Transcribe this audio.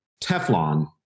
Teflon